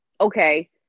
okay